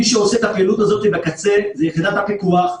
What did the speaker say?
מי שעושה את הפעילות הזאת בקצה זאת יחידת הפיקוח,